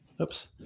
Oops